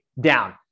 down